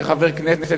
כחבר כנסת,